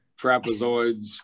trapezoids